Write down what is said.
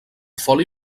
foli